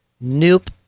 nope